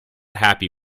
happy